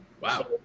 Wow